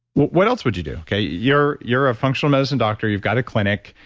what else would you do? okay, you're you're a functional medicine doctor, you've got a clinic.